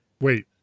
Wait